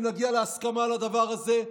אם נגיע להסכמה על הדבר הזה,